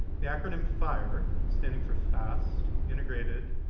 the acronym fire, standing for fast, integrated,